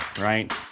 right